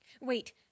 Wait